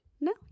No